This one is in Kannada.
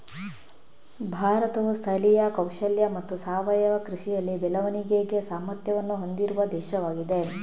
ಭಾರತವು ಸ್ಥಳೀಯ ಕೌಶಲ್ಯ ಮತ್ತು ಸಾವಯವ ಕೃಷಿಯಲ್ಲಿ ಬೆಳವಣಿಗೆಗೆ ಸಾಮರ್ಥ್ಯವನ್ನು ಹೊಂದಿರುವ ದೇಶವಾಗಿದೆ